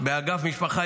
באגף משפחה,